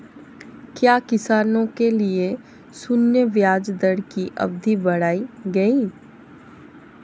क्या किसानों के लिए शून्य ब्याज दर की अवधि बढ़ाई गई?